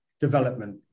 development